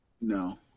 No